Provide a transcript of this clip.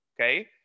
Okay